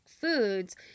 foods